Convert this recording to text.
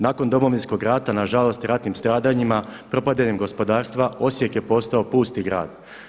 Nakon Domovinskog rata nažalost i ratnim stradanjima propadaju im gospodarstva, Osijek je postao pusti grad.